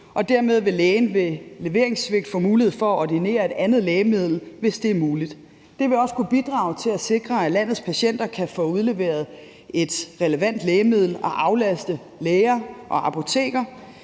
dermed vil lægen ved leveringssvigt få mulighed for at ordinere et andet lægemiddel, hvis det er muligt. Det vil også kunne bidrage til at sikre, at landets patienter kan få udleveret et relevant lægemiddel og aflaste læger og apoteker.